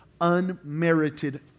unmerited